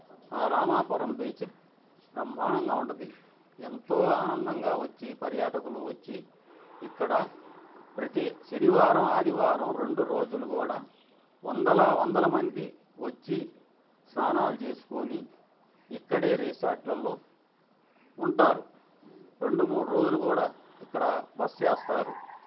Ramapuram beach బ్రహ్మాండంగా ఉంటుంది ఎంతో ఆనందంగా వచ్చి పర్యాటకులు వచ్చి ఇక్కడ ప్రతీ శనివారం ఆదివారం రెండు రోజులు కూడా వందల వందల మంది వచ్చి స్నానాలు చేసుకోని ఇక్కడే రీసార్ట్లల్లో ఉంటారు రెండు మూడు రోజులు కూడా ఇక్కడ బస చేస్తారు